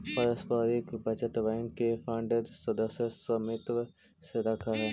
पारस्परिक बचत बैंक के फंड सदस्य समित्व से रखऽ हइ